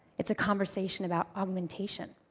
it's a conversation about augmentation.